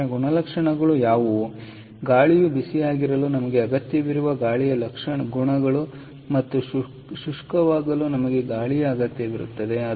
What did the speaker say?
ಆದ್ದರಿಂದ ಇದರ ಗುಣಲಕ್ಷಣಗಳು ಯಾವುವು ಗಾಳಿಯು ಬಿಸಿಯಾಗಿರಲು ನಮಗೆ ಅಗತ್ಯವಿರುವ ಗಾಳಿಯ ಗುಣಗಳು ಮತ್ತು ಶುಷ್ಕವಾಗಲು ನಮಗೆ ಗಾಳಿಯ ಅಗತ್ಯವಿರುತ್ತದೆ